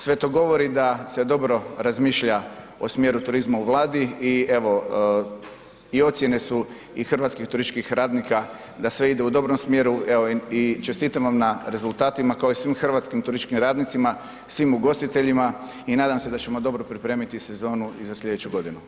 Sve to govori da se dobro razmišlja o smjeru turizma u Vladi i ocjene su hrvatskih turističkih radnika da sve ide u dobrom smjeru, evo i čestitam vam na rezultatima kao i svim hrvatskim turističkim radnicima, svim ugostiteljima i nadam se da ćemo dobro pripremiti sezonu i za sljedeću godinu.